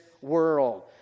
world